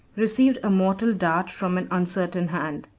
received a mortal dart from an uncertain hand.